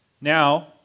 Now